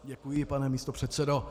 Děkuji, pane místopředsedo.